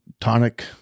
tonic